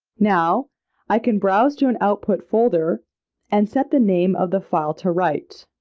now i can browse to an output folder and set the name of the file to write,